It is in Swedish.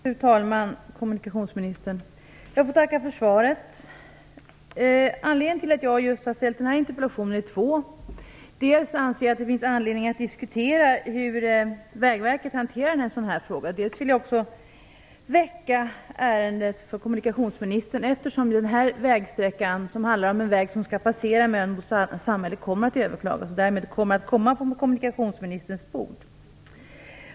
Fru talman! Kommunikationsministern! Jag får tacka för svaret. Det finns två anledningar till att jag har ställt den här interpellationen. Dels anser jag att det finns anledning att diskutera hur Vägverket hanterar en sådan här fråga, dels vill jag rikta kommunikationsministerns uppfattning på ärendet, eftersom beslutet om den här vägsträckan - det handlar om en väg som skall passera Mölnbo samhälle - kommer att överklagas och därmed hamna på kommunikationsministerns bord.